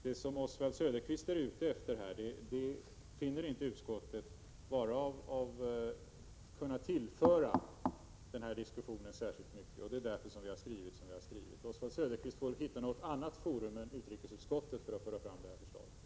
Det som Oswald Söderqvist är ute efter finner inte utskottet tillföra denna diskussion särskilt mycket. Det är därför vi har skrivit som vi har gjort. Oswald Söderqvist får hitta något annat forum än utrikesutskottet för att föra fram detta förslag.